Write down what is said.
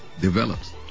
develops